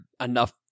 enough